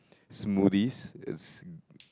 smoothies it's